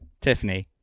Tiffany